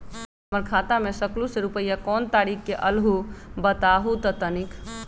हमर खाता में सकलू से रूपया कोन तारीक के अलऊह बताहु त तनिक?